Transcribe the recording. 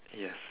yes